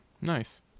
nice